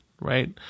right